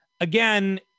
again